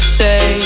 say